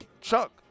Chuck